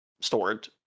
stored